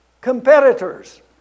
competitors